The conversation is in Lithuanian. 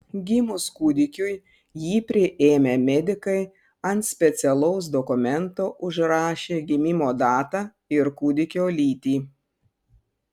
gimus kūdikiui jį priėmę medikai ant specialaus dokumento užrašė gimimo datą ir kūdikio lytį